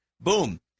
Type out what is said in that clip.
Boom